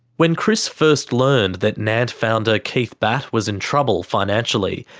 when chris first learned that nant founder keith batt was in trouble financially,